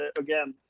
ah again,